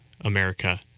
America